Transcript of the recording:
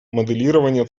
моделирования